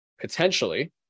potentially